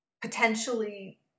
potentially